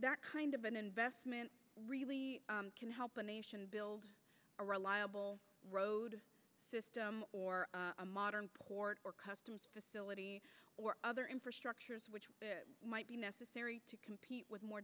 that kind of an investment really can help a nation build a reliable road system or a modern port or customs facility or other infrastructures which might be necessary to compete with more